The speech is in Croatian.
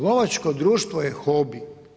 Lovačko društvo je hobi.